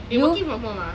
they working from home ah